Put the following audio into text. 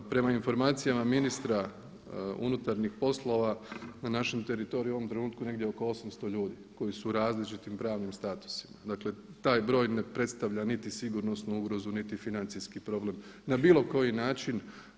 Prema informacijama ministra unutarnjih poslova na našem teritoriju u ovom trenutku negdje oko 800 ljudi koji su u različitim pravnim statusima, dakle taj broj ne predstavlja niti sigurnosnu ugrozu, niti financijski problem na bilo koji način.